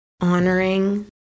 honoring